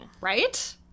Right